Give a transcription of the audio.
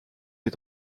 est